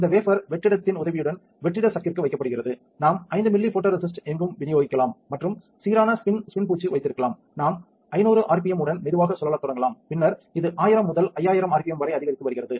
இந்த வேபர் வெற்றிடத்தின் உதவியுடன் வெற்றிட சக்கிற்கு வைக்கப்படுகிறது நாம் 5 மில்லி ஃபோட்டோரேசிஸ்ட்டை எங்கும் விநியோகிக்கலாம் மற்றும் சீரான ஸ்பின் ஸ்பின் பூச்சு வைத்திருக்கலாம் நாம் 500 ஆர்பிஎம் உடன் மெதுவாக சுழல தொடங்கலாம் பின்னர் இது 1000 முதல் 5000 ஆர்பிஎம் வரை அதிகரித்து வருகிறது